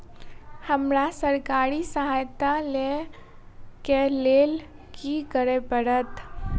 हमरा सरकारी सहायता लई केँ लेल की करऽ पड़त?